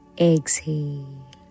Exhale